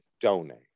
donate